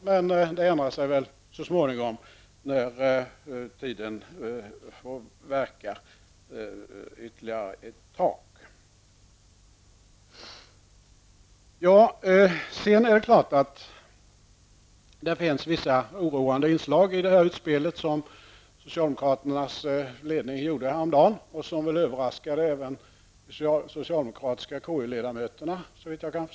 Men det kommer väl att ändra sig så småningom när tiden får verka ytterligare. Det finns naturligtvis vissa oroande inslag i det utspel som socialdemokraternas ledning gjorde häromdagen och som så vitt jag kan förstå även överraskade de socialdemokratiska KU ledamöterna.